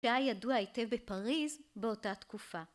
שהיה ידוע היטב בפריז באותה תקופה.